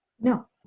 No